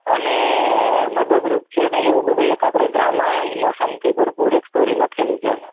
અને મદદરૂપ છે ને એવું બધુંય એક આપણે ડ્રામા ઈમોશનથી ભરપૂર એક સ્ટોરી લખેલી છે મેં